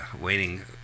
waiting